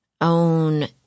own